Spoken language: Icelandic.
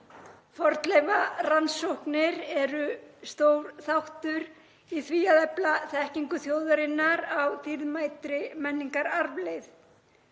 Fornleifarannsóknir eru stór þáttur í því að efla þekkingu þjóðarinnar á dýrmætri menningararfleifð.